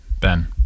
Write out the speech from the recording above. Ben